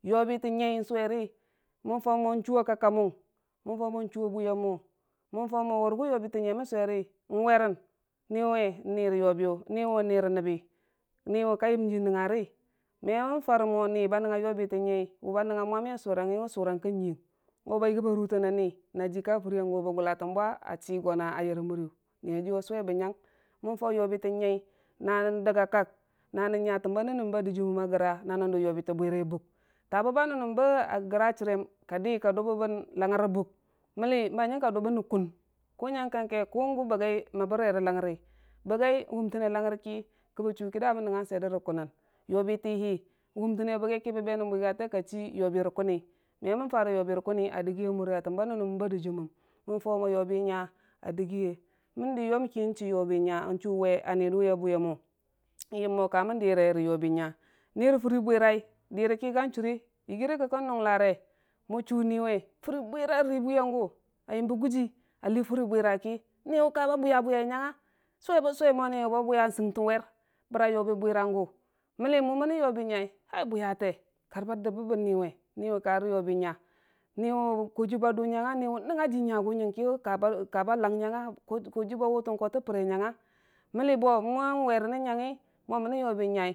yobi ta nyai suweri man gau mo chuwa kak mung man fau mo chuwa bwiyo mu, man tau yobi nyai ta mam suweri n'werran, niwe nira yobiyu, niwe nira nabbi ka yam ji nanngngari, me man fara mo, ni ra yobi ta nyai wu ba nangnga surang mwami a nangnga surang ka nyiyang mo ba rutannai manni ji ka furiyan yuwi ba gulatan bwa a chii guna yarra muri niyayiiyu a suwe ba nyang man fau yobi ta nyai na nandag a kak na nan nya tamba dijiimmam a gra, na nan dun yobita bwirai a bug, ta babba nan nam ba gro chareim ka di ka ka duban ra langngar a bug, manni ka duban ra kun, ku nyangkang ke ku gu bagi mamrere langngarii, bayai wumtanne langngar da dijiimman ki ki ba chu man nangnga swir da kunan manni wumtanne a bagiki ba chi da bwigate me nan fare yobi ra kunii a dagiye a tamba nan mam ba dijimmam man fau mo yobi nya a dagiye n'dii yom ki a chi yobi nya, n'chuwe yobi nya a nidywi a bwiya mu ni ra rabi bwirai yayira kaa chura, yagire ki kan nemgare mo chu niwe a rii ra furii bwirai a yamba guji a lii furii bwira ki niwe ka ba bwiya nyangnga, n'suweba suwai mo niwe ba bwiyo sangtanwer bara furi bwiraiyangu, manni mani yobi nyai kai bwiyate karii ba dabbamman niwe niwe kara yobi nyai, niwe kojiiyu ba dauu bamman nyangnga? niwe nyagu nangka kaba langya kojibau we tunko tufure nyaga malebo mwan nwerni mwabu yobe nyai.